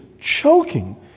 choking